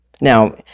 now